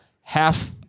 half